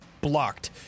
blocked